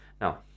Now